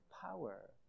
power